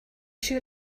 sure